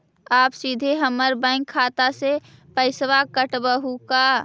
आप सीधे हमर बैंक खाता से पैसवा काटवहु का?